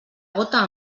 gota